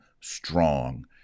strong